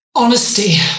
honesty